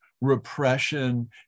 repression